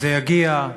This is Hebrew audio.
זה יגיע,